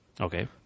Okay